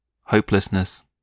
hopelessness